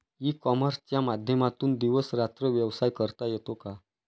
E कॉमर्सच्या माध्यमातून दिवस रात्र व्यवसाय करता येतो का?